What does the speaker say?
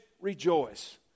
rejoice